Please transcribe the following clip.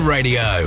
Radio